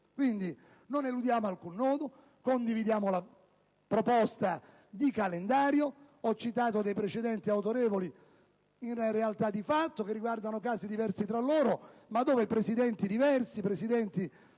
Non eludiamo alcun nodo e condividiamo la proposta di calendario. Ho citato alcuni precedenti autorevoli in realtà di fatto che riguardano casi diversi tra loro, ma nei quali Presidenti diversi, appartenenti